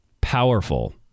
Powerful